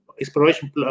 exploration